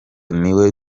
niwe